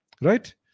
right